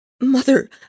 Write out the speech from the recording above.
Mother